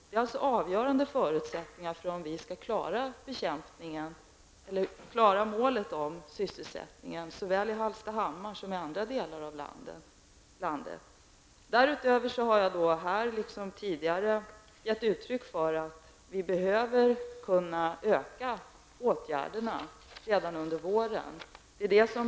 Det är alltså avgörande förutsättningar för om vi skall klara målet om sysselsättningen, såväl i Hallstahammar som i andra delar av landet. Därutöver har jag här liksom tidigare givit uttryck för att vi behöver kunna öka åtgärderna redan under våren.